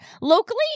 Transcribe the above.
locally